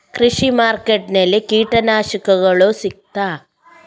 ಕೃಷಿಮಾರ್ಕೆಟ್ ನಲ್ಲಿ ಕೀಟನಾಶಕಗಳು ಸಿಗ್ತದಾ?